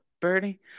Bernie